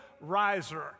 riser